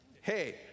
hey